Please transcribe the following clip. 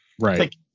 Right